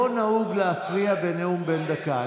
לא נהוג להפריע בנאום בן דקה.